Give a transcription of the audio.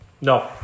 No